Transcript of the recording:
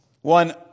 One